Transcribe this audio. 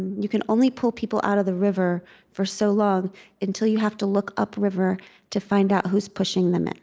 you can only pull people out of the river for so long until you have to look upriver to find out who's pushing them